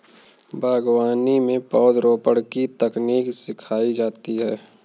बागवानी में पौधरोपण की तकनीक सिखाई जाती है